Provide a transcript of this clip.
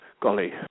Golly